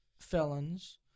felons